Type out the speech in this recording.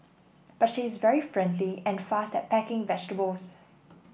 but she is very friendly and fast at packing vegetables